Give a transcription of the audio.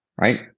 right